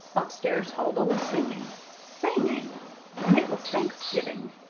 upstairs huldah was singing singing and it was thanksgiving.